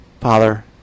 Father